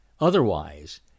otherwise